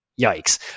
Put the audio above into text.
yikes